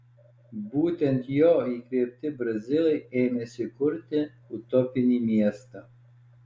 būtent jo įkvėpti brazilai ėmėsi kurti utopinį miestą